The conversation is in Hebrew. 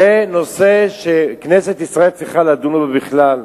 זה נושא שכנסת ישראל צריכה לדון בו בכלל?